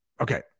Okay